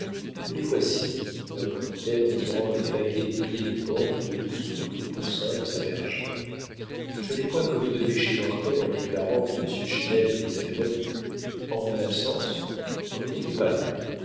les voici répondit-elle en tirant le paquet des billets de banque de dessous le coussin de sa bergère je n'ai point commis de péché mortel en déclarant que monsieur chesnel me les avait remis en mon absence vous n'étiez pas là